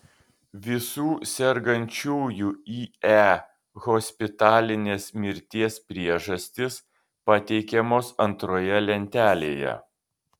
visų sergančiųjų ie hospitalinės mirties priežastys pateikiamos antroje lentelėje